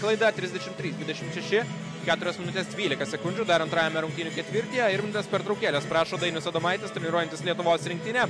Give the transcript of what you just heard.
klaida trisdešimt trys dvidešimt šeši keturios minutės dvylika sekundžių dar antrajame rungtynių ketvirtyje rimvydas pertraukėlės prašo dainius adomaitis treniruojantis lietuvos rinktinę